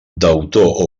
deutor